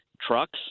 trucks